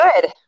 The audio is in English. Good